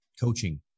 coaching